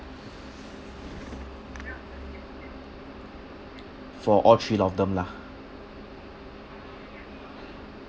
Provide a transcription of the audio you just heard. for all three of them lah